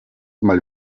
mal